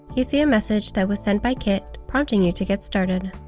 you see a message that was sent by kit prompting you to get started.